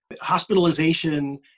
hospitalization